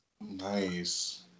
nice